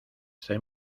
estoy